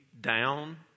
down